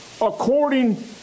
according